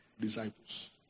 disciples